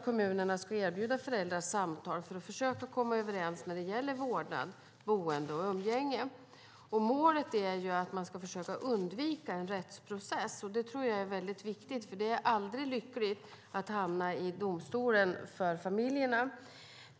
Kommunerna ska erbjuda föräldrar samtal för att de ska försöka komma överens när det gäller vårdnad, boende och umgänge. Målet är att man ska försöka undvika en rättsprocess. Det tror jag är väldigt viktigt, för det är aldrig lyckligt för familjerna att hamna i domstolen.